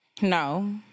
No